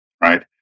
right